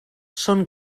són